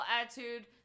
attitude